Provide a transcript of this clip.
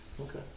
Okay